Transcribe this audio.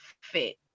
fit